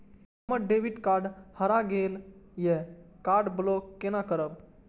हमर debit card हरा गेल ये कार्ड ब्लॉक केना करब?